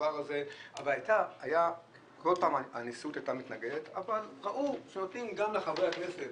כל פעם הנשיאות הייתה מתנגדת אבל ראו שנתנו לחברי הכנסת